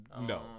No